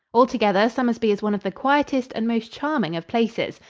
altogether, somersby is one of the quietest and most charming of places.